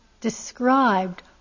described